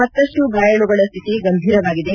ಮತ್ತಷ್ಟು ಗಾಯಾಳುಗಳ ಸ್ವಿತಿ ಗಂಭೀರವಾಗಿದೆ